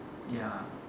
ya